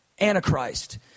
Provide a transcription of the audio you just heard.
Antichrist